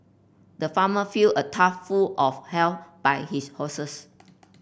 the farmer filled a tough full of hair by his horses